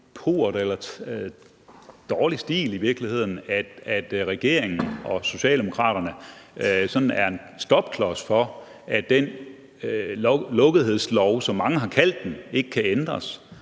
pauvert eller dårlig stil, at Socialdemokraterne og Venstre er en stopklods for, at den lukkethedslov, som mange har kaldt den, ikke kan ændres.